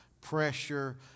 pressure